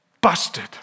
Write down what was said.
busted